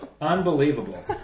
Unbelievable